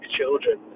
children